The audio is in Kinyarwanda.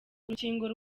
urukingo